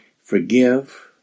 forgive